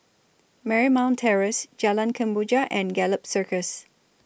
Marymount Terrace Jalan Kemboja and Gallop Circus